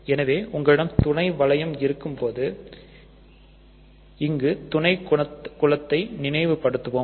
எனவே உங்களிடம் துணை வளையம் இருக்கும்போது இங்கு துணை குலத்தை நினைவுபடுத்துவோம்